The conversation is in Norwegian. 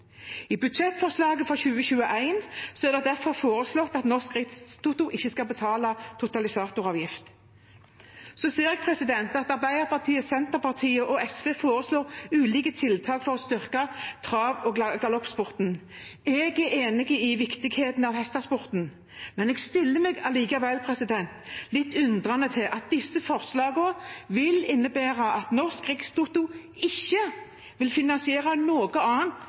I budsjettforslaget for 2021 er det derfor foreslått at Norsk Rikstoto ikke skal betale totalisatoravgift. Så ser jeg at Arbeiderpartiet, Senterpartiet og SV foreslår ulike tiltak for å styrke trav- og galoppsporten. Jeg er enig i viktigheten av hestesporten, men stiller meg likevel litt undrende til at disse forslagene vil innebære at Norsk Rikstoto ikke vil finansiere noe annet